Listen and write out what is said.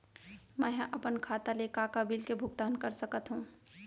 मैं ह अपन खाता ले का का बिल के भुगतान कर सकत हो